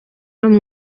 kandi